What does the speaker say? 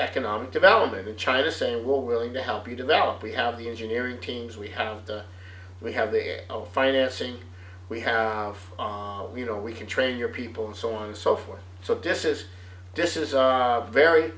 economic development in china saying we're willing to help you develop we have the engineering teams we have the we have the air of financing we have you know we can train your people and so on and so forth so disses this is a very